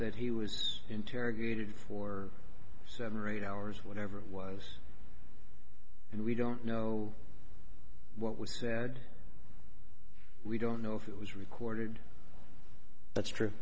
that he was interrogated for seven or eight hours whatever it was and we don't know what was said we don't know if it was recorded that's true